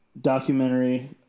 documentary